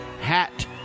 Hat